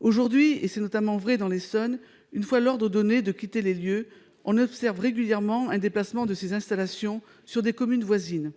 Aujourd'hui- c'est notamment vrai dans l'Essonne -, une fois l'ordre donné de quitter les lieux, on observe régulièrement un déplacement de ces installations sur des communes voisines.